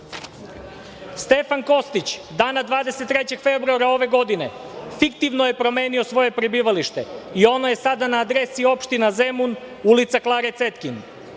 Stefan Kostić, dana 23. februara ove godine, fiktivno je promenio svoje prebivalište i ono je sada na adresi opštine Zemun, ulica Klare Cetkin.